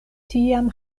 tiam